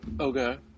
Okay